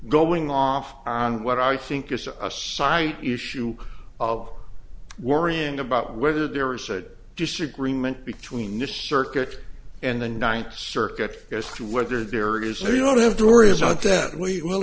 going off on what i think is a side issue of worrying about whether there is a disagreement between this circuit and the ninth circuit as to whether there is no you don't have to worry about that we